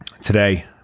today